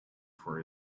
for